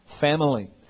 family